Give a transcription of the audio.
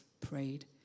prayed